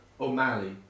O'Malley